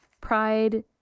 Pride